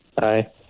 Hi